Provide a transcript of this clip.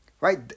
right